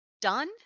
done